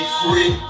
free